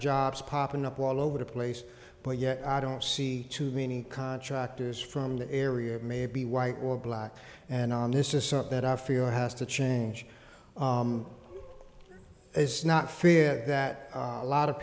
jobs popping up all over the place but yet i don't see too many contractors from the area maybe white or black and on this is something that i feel has to change is not fear that a lot of